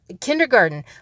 kindergarten